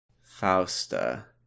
Fausta